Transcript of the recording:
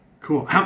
Cool